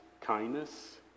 kindness